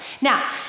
Now